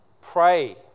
pray